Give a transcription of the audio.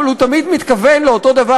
אבל הוא מתכוון לאותו דבר,